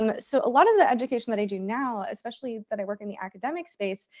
um so a lot of the education that i do now, especially that i work in the academic space,